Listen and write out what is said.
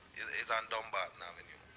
it's on dumbarton avenue.